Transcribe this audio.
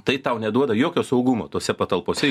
tai tau neduoda jokio saugumo tose patalpose